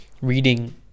reading